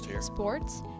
sports